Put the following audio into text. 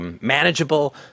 manageable